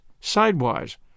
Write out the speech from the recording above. sidewise